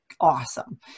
awesome